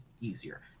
easier